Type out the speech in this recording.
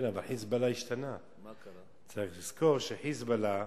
כן, אבל "חיזבאללה"